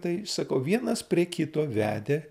tai sakau vienas prie kito vedė